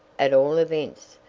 at all events,